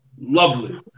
lovely